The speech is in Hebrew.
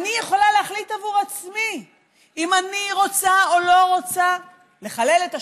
אני יכולה להחליט בעבור עצמי אם אני רוצה או לא רוצה לחלל את השבת,